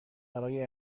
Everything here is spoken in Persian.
برای